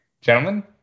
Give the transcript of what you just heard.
Gentlemen